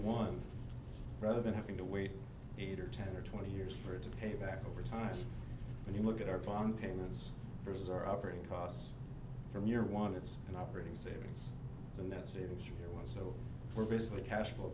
one rather than having to wait eight or ten or twenty years for it to pay back over time and you look at our pond payments versus our operating costs from year one it's an operating savings and that saves your well so we're basically cash flow